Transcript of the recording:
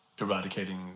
eradicating